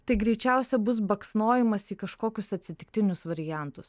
tai greičiausia bus baksnojimas į kažkokius atsitiktinius variantus